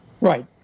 Right